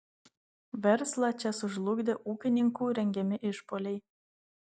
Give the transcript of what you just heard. verslą čia sužlugdė ūkininkų rengiami išpuoliai